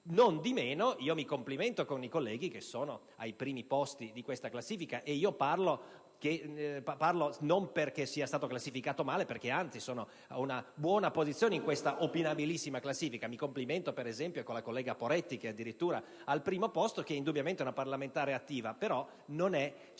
Non di meno, mi complimento con i colleghi che sono ai primi posti di questa classifica e io parlo non perché sia stato classificato male, perché anzi sono in una buona posizione in questa opinabilissima classifica. Mi complimento, per esempio, con la collega Poretti che è addirittura al primo posto, che indubbiamente è una parlamentare attiva; però per